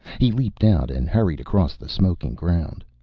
he leaped out and hurried across the smoking ground.